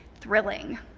thrilling